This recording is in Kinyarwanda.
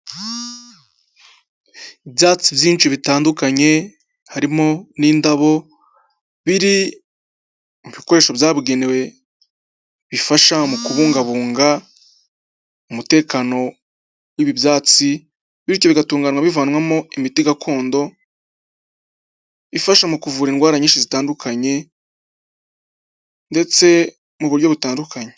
Ibyatsi byinshi bitandukanye harimo n'indabo biri mu bikoresho byabugenewe bifasha mu kubungabunga umutekano w'ibyatsi bityo bigatunganywa bivanwamo imiti gakondo ifasha mu kuvura indwara nyinshi zitandukanye ndetse mu buryo butandukanye.